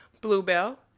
Bluebell